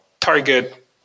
target